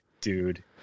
dude